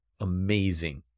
amazing